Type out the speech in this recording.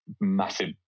massive